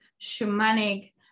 shamanic